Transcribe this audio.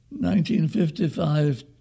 1955